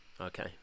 Okay